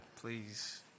please